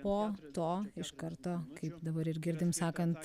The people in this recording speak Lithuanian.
po to iš karto kaip dabar ir girdim sakant